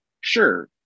sure